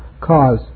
cause